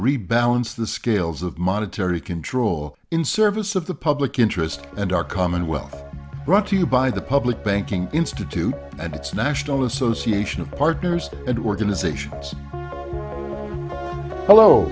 rebalance the scales of monetary control in service of the public interest and our common wealth brought to you by the public banking institute and its national association of partners and organizations hello